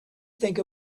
think